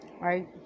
Right